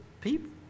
people